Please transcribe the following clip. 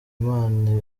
imana